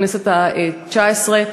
בכנסת התשע-עשרה,